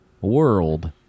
world